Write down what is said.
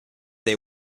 they